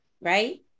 right